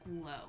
glow